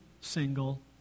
single